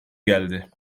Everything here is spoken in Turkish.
geldi